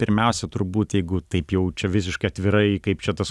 pirmiausia turbūt jeigu taip jau čia visiškai atvirai kaip čia tas